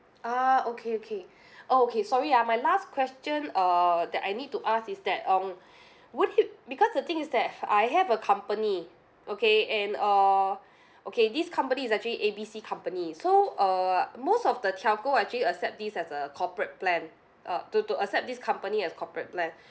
ah okay okay oh okay sorry ah my last question uh that I need to ask is that um would you because the thing is that I have a company okay and uh okay this company is actually A B C company so uh most of the telco actually accept this as a corporate plan uh to to accept this company as a corporate plan